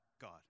God